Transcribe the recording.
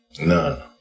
None